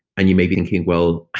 and you may be thinking, well,